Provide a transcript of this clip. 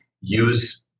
use